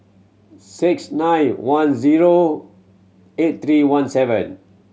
six nine one zero eight three one seven